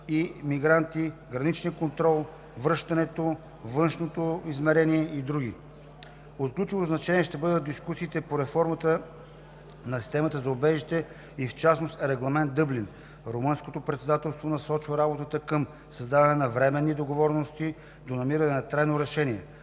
на мигранти, граничния контрол, връщането, външното измерение и други. От ключово значение ще бъдат дискусиите по реформата на системата за убежище и в частност Регламент Дъблин. Румънското председателство насочва работата към създаването на временни договорености до намирането на трайно решение.